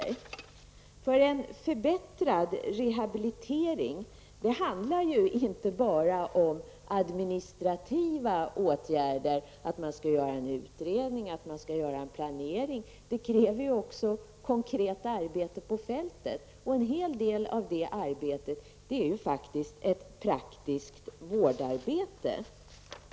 När det gäller detta med en förbättrad rehabilitering handlar det inte bara om administrativa åtgärder -- exempelvis att en utredning eller planering skall göras -- utan också om ett konkret arbete ute på fältet. En hel del av det arbetet utgörs faktiskt av det praktiska vårdarbetet.